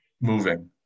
moving